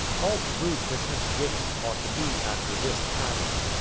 all true christmas-giving ought to be after this pattern.